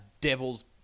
devil's